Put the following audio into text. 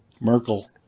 Merkel